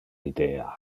idea